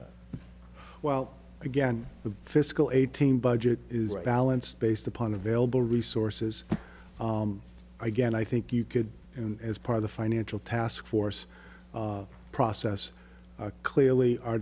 well again the fiscal eighteen budget is balanced based upon available resources again i think you could and as part of the financial task force process clearly our